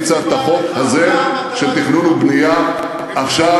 אני צריך את החוק הזה של תכנון ובנייה עכשיו,